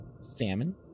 salmon